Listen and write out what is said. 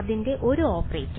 അതിന്റെ ഒരു ഓപ്പറേറ്റർ